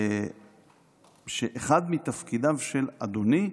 שאחד מתפקידיו של אדוני,